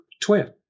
twin